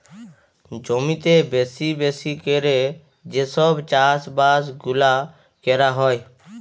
জমিতে বেশি বেশি ক্যরে যে সব চাষ বাস গুলা ক্যরা হ্যয়